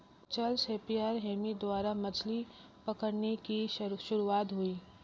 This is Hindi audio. चार्ल्स नेपियर हेमी द्वारा मछली पकड़ने की शुरुआत हुई